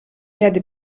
erde